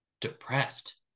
depressed